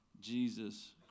Jesus